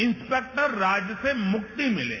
inspector raj से मुक्ति मिले